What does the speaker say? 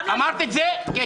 אמרת את זה, קטי?